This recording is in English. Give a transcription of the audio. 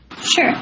Sure